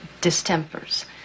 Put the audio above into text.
distempers